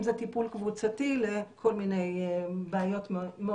אם זה טיפול קבוצתי לכל מיני בעיות מאוד